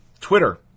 Twitter